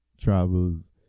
travels